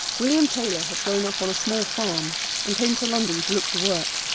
william taylor had grown up on a small farm and came to london to look for work.